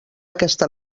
aquesta